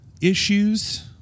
issues